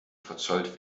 verzollt